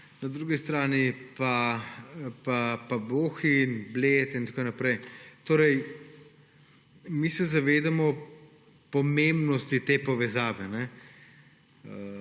na drugi strani pa Bohinj, Bled in tako naprej. Mi se zavedamo pomembnosti te povezave,